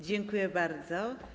Dziękuję bardzo.